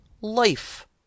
life